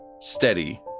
steady